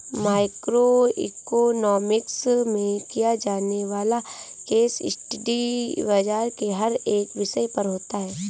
micro economics में किया जाने वाला केस स्टडी बाजार के हर एक विषय पर होता है